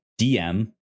DM